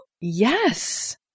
yes